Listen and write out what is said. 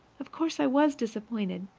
of course i was disappointed,